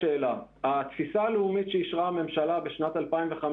התפיסה הלאומית שאישרה הממשלה בשנת 2015